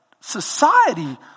society